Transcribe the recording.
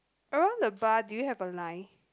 around the bar do you have a line